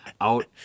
out